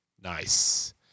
Nice